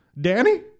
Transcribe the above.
Danny